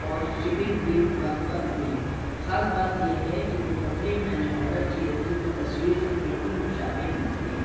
اور شپنگ بھی وقت پر ہوئی خاص بات یہ ہے کہ جو کپڑے میں نے آرڈر کیے تھے وہ تصویر سے بالکل مشابہ نکلے